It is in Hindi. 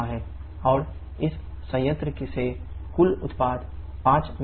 और इस संयंत्र से कुल उत्पादन 5 MW है